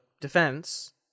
defense